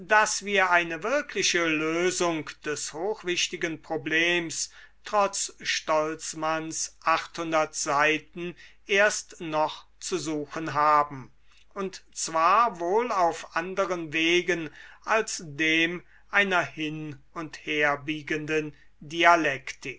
daß wir eine wirkliche lösung des hochwichtigen problems trotz stolzmanns seiten erst noch zu suchen haben und zwar wohl auf anderen wegen als dem einer hin und herbiegenden dialektik